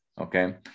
okay